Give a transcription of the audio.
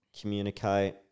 communicate